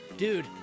Dude